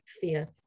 fear